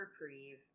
reprieve